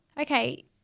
okay